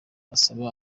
asaba